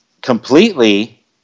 completely